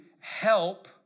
help